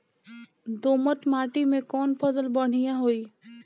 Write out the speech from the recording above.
दोमट माटी में कौन फसल बढ़ीया होई?